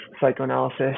psychoanalysis